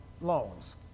loans